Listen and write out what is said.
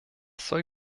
soll